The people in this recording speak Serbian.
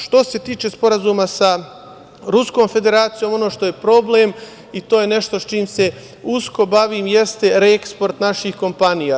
Što se tiče Sporazuma sa Ruskom Federacijom, ono što je problem i to je nešto čime se usko bavim jeste reeksport naših kompanija.